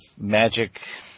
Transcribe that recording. magic